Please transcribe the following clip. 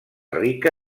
rica